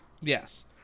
yes